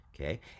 okay